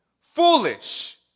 foolish